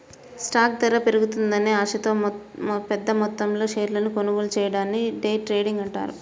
stock ధర పెరుగుతుందనే ఆశతో పెద్దమొత్తంలో షేర్లను కొనుగోలు చెయ్యడాన్ని డే ట్రేడింగ్ అంటారు